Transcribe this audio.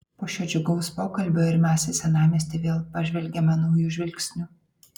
po šio džiugaus pokalbio ir mes į senamiestį vėl pažvelgiame nauju žvilgsniu